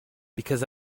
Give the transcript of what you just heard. because